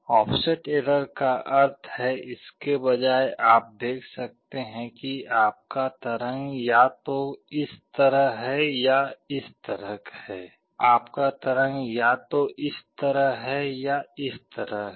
offset error का अर्थ है इसके बजाय आप देख सकते हैं कि आपका तरंग या तो इस तरह है या इस तरह है